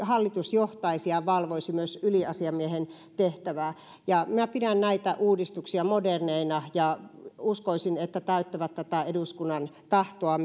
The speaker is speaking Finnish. hallitus johtaisi ja valvoisi myös yliasiamiehen tehtävää minä pidän näitä uudistuksia moderneina ja uskoisin että ne täyttävät tätä eduskunnan tahtoa